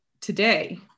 today